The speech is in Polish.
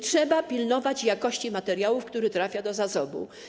Trzeba pilnować jakości materiału, który trafia do zasobu.